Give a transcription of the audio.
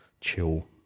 chill